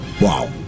Wow